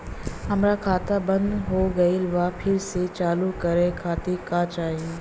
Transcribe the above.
हमार खाता बंद हो गइल बा फिर से चालू करा खातिर का चाही?